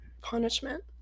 punishment